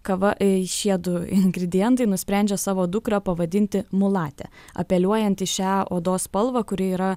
kava į šie du ingredientai nusprendžia savo dukrą pavadinti mulate apeliuojant į šią odos spalvą kuri yra